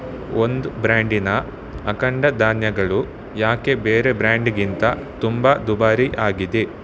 ಒಂದು ಬ್ರ್ಯಾಂಡಿನ ಅಖಂಡ ಧಾನ್ಯಗಳು ಯಾಕೆ ಬೇರೆ ಬ್ರ್ಯಾಂಡ್ಗಿಂತ ತುಂಬ ದುಬಾರಿ ಆಗಿದೆ